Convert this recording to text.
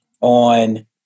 on